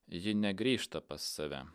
ji negrįžta pas save